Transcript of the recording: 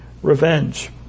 Revenge